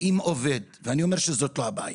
שהעובד, ואני אומר שזאת לא הבעיה,